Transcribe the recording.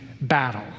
battle